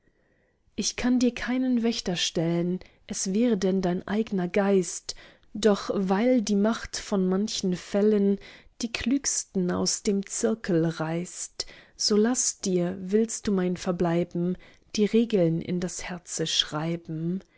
ich kann dir keinen wächter stellen es wäre denn dein eigner geist doch weil die macht von manchen fällen die klügsten aus dem zirkel reißt so laß dir willst du mein verbleiben die regeln in das herze schreiben